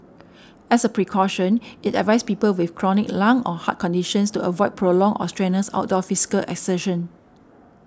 as a precaution it advised people with chronic lung or heart conditions to avoid prolonged or strenuous outdoor physical exertion